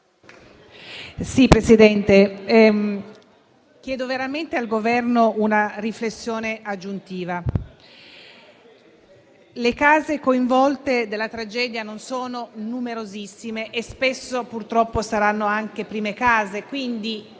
Presidente, chiedo veramente al Governo una riflessione aggiuntiva. Le case coinvolte dalla tragedia non sono numerosissime e spesso, purtroppo, sono anche prime case